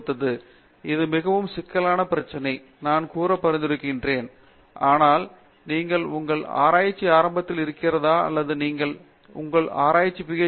மூர்த்தி இது மிகவும் சிக்கலான பிரச்சனை நான் கூட பரிந்துரைக்கிறேன் ஆனால் நீங்கள் உங்கள் ஆராய்ச்சி ஆரம்பத்தில் இருக்கிறதா அல்லது நீங்கள் உங்கள் ஆராய்ச்சி பி